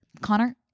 connor